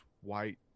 white